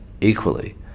equally